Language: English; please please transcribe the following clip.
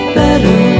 better